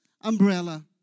umbrella